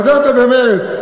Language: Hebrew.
חזרת במרץ.